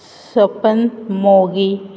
सपनमोगी